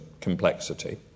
complexity